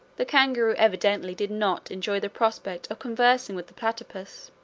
the kangaroo evidently did not enjoy the prospect of conversing with the platypus.